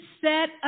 set